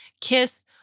kiss